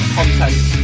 content